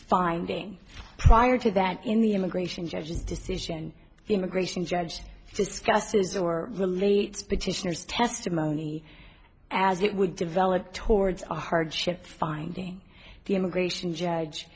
finding prior to that in the immigration judge's decision the immigration judge discusses or relates petitioner's testimony as it would develop towards a hardship finding the immigration judge